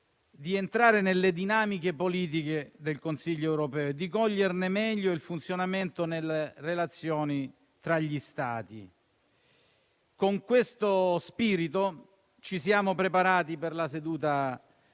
di entrare nelle dinamiche politiche del Consiglio europeo, di coglierne meglio il funzionamento nelle relazioni tra gli Stati. Con questo spirito ci siamo preparati per la seduta